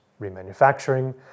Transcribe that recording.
remanufacturing